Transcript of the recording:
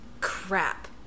crap